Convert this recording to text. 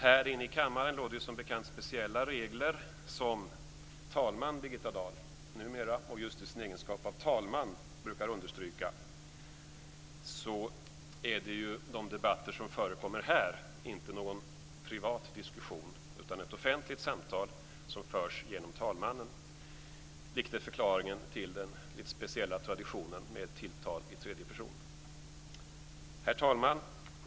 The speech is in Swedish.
Här inne i kammaren råder ju som bekant speciella regler som talman Birgitta Dahl numera just i sin egenskap av talman brukar understryka. I de debatter som förekommer här är det ju inte någon privat diskussion utan ett offentligt samtal som förs genom talmannen, vilket är förklaringen till den lite speciella traditionen med tilltal i tredje person. Herr talman!